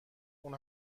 اون